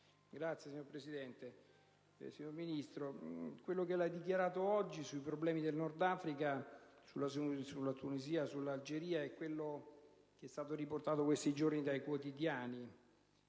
*(IdV)*. Signor Presidente, signor Ministro, ciò che ha dichiarato oggi sui problemi del Nordafrica, sulla Tunisia, sull'Algeria è quanto è stato riportato in questi giorni dai quotidiani.